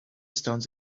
stones